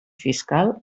fiscal